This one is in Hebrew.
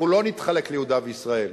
אנחנו לא נתחלק ליהודה וישראל,